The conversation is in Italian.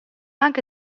anche